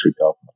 government